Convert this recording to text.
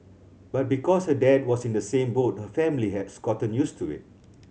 but because her dad was in the same boat her family has gotten used to it